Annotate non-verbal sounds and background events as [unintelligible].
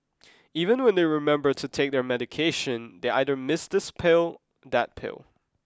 even [unintelligible] when they remember to take their medication they either miss this pill that pill